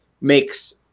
makes